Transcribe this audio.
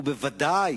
וודאי